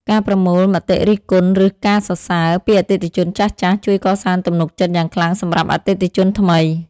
ការប្រមូលមតិរិះគន់ ឬការសរសើរ ពីអតិថិជនចាស់ៗ ជួយកសាងទំនុកចិត្តយ៉ាងខ្លាំងសម្រាប់អតិថិជនថ្មី។